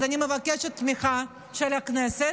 אז אני מבקשת תמיכה של הכנסת,